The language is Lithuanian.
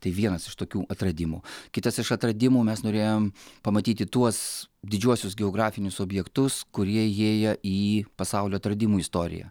tai vienas iš tokių atradimų kitas iš atradimų mes norėjom pamatyti tuos didžiuosius geografinius objektus kurie įėję į pasaulio atradimų istoriją